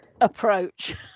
approach